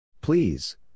Please